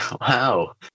Wow